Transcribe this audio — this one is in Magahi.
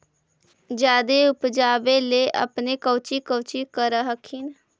जादे उपजाबे ले अपने कौची कौची कर हखिन?